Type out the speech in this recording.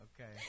Okay